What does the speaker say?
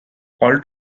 all